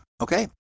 Okay